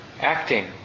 acting